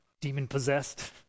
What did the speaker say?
demon-possessed